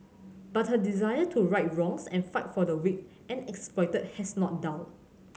but her desire to right wrongs and fight for the weak and exploited has not dulled